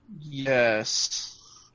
Yes